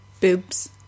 boobs